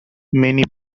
many